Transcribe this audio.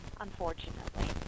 unfortunately